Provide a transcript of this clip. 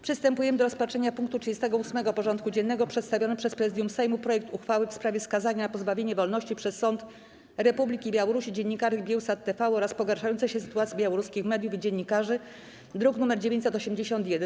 Przystępujemy do rozpatrzenia punktu 38. porządku dziennego: Przedstawiony przez Prezydium Sejmu projekt uchwały w sprawie skazania na pozbawienie wolności przez sąd Republiki Białorusi dziennikarek Biełsat TV oraz pogarszającej się sytuacji białoruskich mediów i dziennikarzy (druk nr 981)